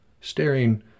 staring